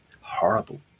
horrible